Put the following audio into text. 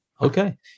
okay